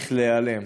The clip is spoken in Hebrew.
צריך להיעלם.